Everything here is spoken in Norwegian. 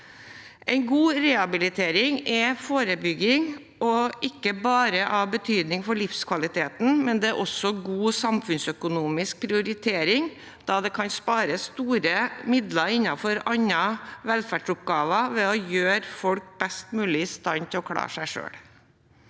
God rehabilitering er forebygging og er ikke bare av betydning for livskvaliteten, men det er også god samfunnsøkonomisk prioritering, da det kan spare store midler innenfor andre velferdsoppgaver ved å gjøre folk best mulig i stand til å klare seg selv.